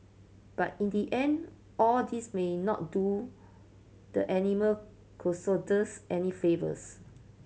but in the end all this may not do the animal crusaders any favours